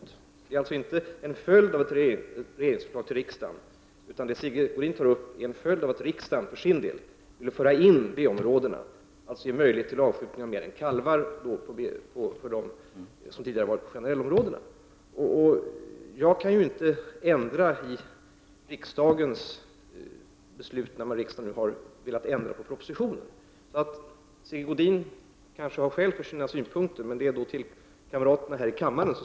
Det Sigge Godin tar upp är inte en följd av ett regeringsförslag till riksdagen, utan av att riksdagen för sin del ville föra in B-områdena och således ge möjlighet till avskjutning av mer än kalvar på de områden som tidigare var generellområden. Jag kan inte ändra i riksdagens beslut, där riksdagen valde att ändra i propositionen. Sigge Godin kanske har skäl för sina synpunkter. Han skall dock rikta sig till kamraterna här i kammaren.